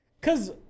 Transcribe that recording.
cause